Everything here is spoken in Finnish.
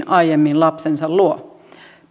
aiemmin kotiin lapsensa luo